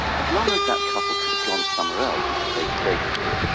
as long as that couple could have gone somewhere else, which they they could,